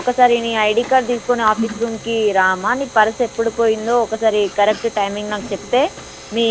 ఒకసారి నీ ID card తీసుకుని ఆఫీసు రూమ్కి రామ్మ నీ పర్స్ ఎప్పుడు పోయిందో ఒకసారి కరెక్ట్ టైమింగ్ నాకు చెప్తే మీ